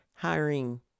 hiring